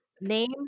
name